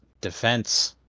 defense